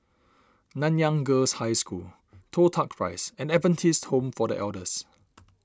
Nanyang Girls' High School Toh Tuck Rise and Adventist Home for the Elders